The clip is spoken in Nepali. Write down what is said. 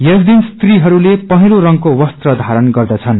यस दिन स्त्रीहरूले पहलो रंगको वस्त्र धारण ग्रद्रछनृ